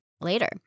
later